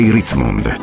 Ritzmond